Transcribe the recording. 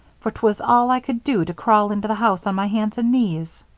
for twas all i could do to crawl into the house on my hands and knees.